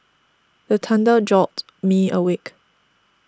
the thunder jolt me awake